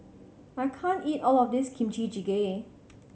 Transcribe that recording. I can't eat all of this Kimchi Jjigae